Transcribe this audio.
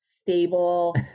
stable